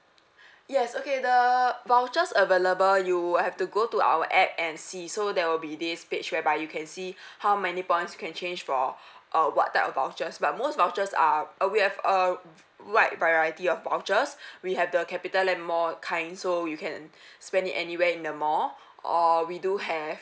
yes okay the vouchers available you will have to go to our app and see so there will be this page whereby you can see how many points you can change for uh what type of vouchers but most vouchers are uh we have a wide variety of vouchers we have the capital land mall kind so you can spend it anywhere in a mall or we do have